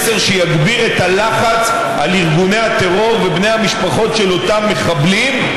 מסר שיגביר את הלחץ על ארגוני הטרור ובני המשפחות של אותם מחבלים,